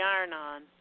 iron-on